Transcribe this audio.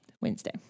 Wednesday